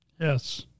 Yes